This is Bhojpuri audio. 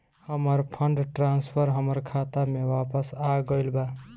हमर फंड ट्रांसफर हमर खाता में वापस आ गईल बा